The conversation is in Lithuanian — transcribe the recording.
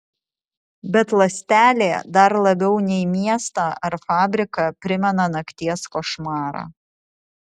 bet ląstelė dar labiau nei miestą ar fabriką primena nakties košmarą